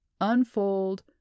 unfold